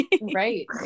Right